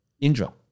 Indra